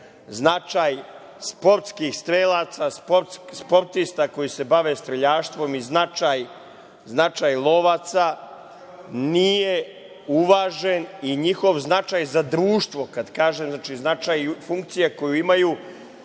značaj sportskih strelaca, sportista koji se bave streljaštvom i značaj lovaca nije uvažen i njihov značaj za društvo. Kad kažem, značaj funkcije koju imaju